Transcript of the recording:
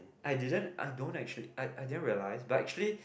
I didn't I don't actually I I didn't realise but actually